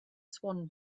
swan